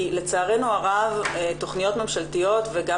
כי לצערנו הרב תכניות ממשלתיות וגם